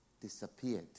disappeared